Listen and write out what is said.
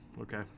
Okay